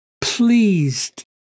pleased